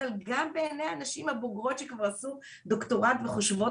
אבל גם בעיני הנשים הבוגרות שכבר עשו דוקטורט וחושבות